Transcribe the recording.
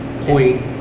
point